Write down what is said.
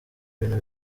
ibintu